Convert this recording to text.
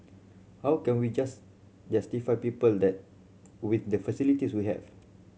how can we justify people that with the facilities we have